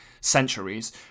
centuries